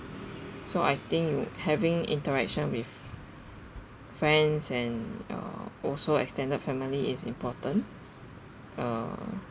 so I think you having interaction with friends and uh also extended family is important uh